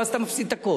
ואז אתה מפסיד את הכול.